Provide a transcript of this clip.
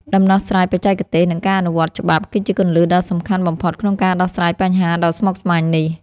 ដំណោះស្រាយបច្ចេកទេស និងការអនុវត្តច្បាប់គឺជាគន្លឹះដ៏សំខាន់បំផុតក្នុងការដោះស្រាយបញ្ហាដ៏ស្មុគស្មាញនេះ។